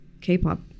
k-pop